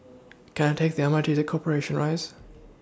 Can I Take The M R T to Corporation Rise